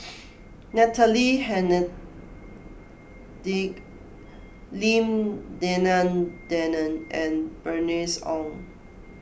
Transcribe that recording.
Natalie Hennedige Lim Denan Denon and Bernice Ong